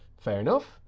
fair enough.